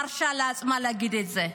מרשה לעצמה להגיד את זה.